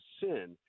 sin